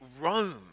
Rome